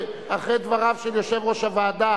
אחרי דבריו של יושב-ראש הוועדה,